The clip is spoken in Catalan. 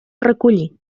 recollir